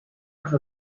large